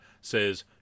says